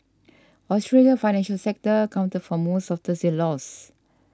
Australia's financial sector accounted for most of Thursday's loss